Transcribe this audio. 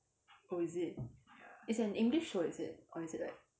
oh is it it's an english show is it or is it like